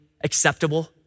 acceptable